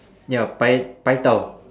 ya pai pai tao